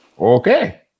okay